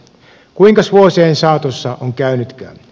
kuinkas vuosien saatossa on käynytkään